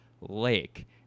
Lake